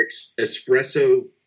espresso